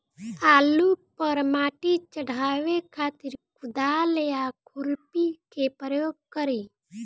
आलू पर माटी चढ़ावे खातिर कुदाल या खुरपी के प्रयोग करी?